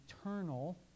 eternal